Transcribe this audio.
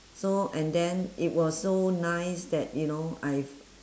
so and then it was so nice that you know I've